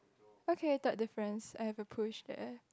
okay got the friends I have a push there